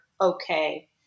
okay